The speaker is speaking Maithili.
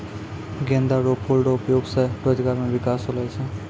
गेंदा रो फूल रो उपयोग से रोजगार मे बिकास होलो छै